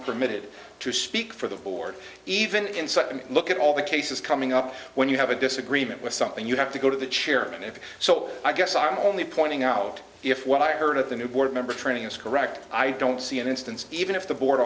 permitted to speak for the board even in such a look at all the cases coming up when you have a disagreement with something you have to go to the chairman if so i guess i'm the only point out if what i heard of the new board member training is correct i don't see an instance even if the board